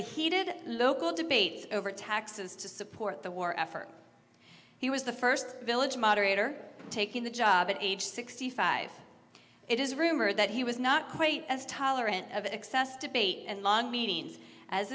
the heated local debate over taxes to support the war effort he was the first village moderator taking the job at age sixty five it is rumored that he was not quite as tolerant of excess debate and long meetings as